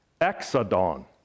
exodon